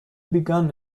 begun